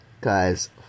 Guys